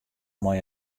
mei